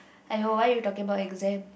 !aiyo! why you talking about exam